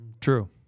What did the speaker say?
True